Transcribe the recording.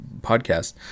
podcast